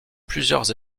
plusieurs